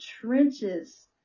trenches